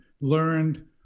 learned